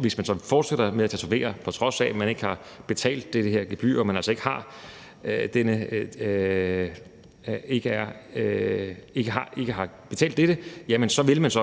Hvis man så fortsætter med at tatovere, på trods af at man ikke har betalt det her gebyr, vil man